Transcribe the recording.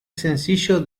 sencillo